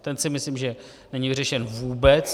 Ten si myslím, že není vyřešen vůbec.